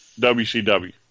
WCW